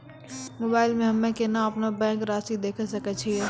Mobile मे हम्मय केना अपनो बैंक रासि देखय सकय छियै?